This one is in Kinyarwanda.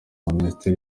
minisiteri